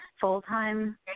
full-time